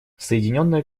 соединенное